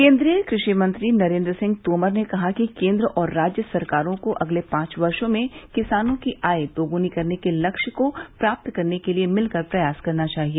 केन्द्रीय कृषि मंत्री नरेन्द्र सिंह तोमर ने कहा कि केन्द्र और राज्य सरकारों को अगले पांच वर्षो में किसानों की आय दोगुनी करने के लक्ष्य को प्राप्त करने के लिए मिलकर प्रयास करना चाहिए